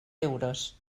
euros